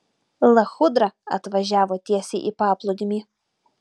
lachudra atvažiavo tiesiai į paplūdimį